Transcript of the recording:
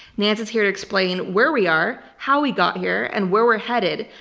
nance is here to explain where we are, how we got here, and where we're headed,